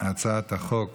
הצעת החוק